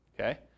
Okay